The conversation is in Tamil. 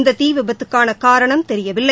இந்த தீ விபத்துக்கான காரணம் தெரியவில்லை